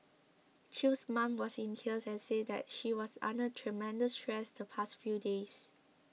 Chew's mom was in tears and said that she was under tremendous stress the past few days